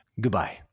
goodbye